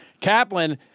Kaplan